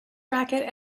racket